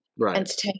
entertainment